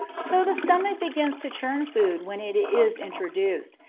so the stomach begins to churn food when it is introduced,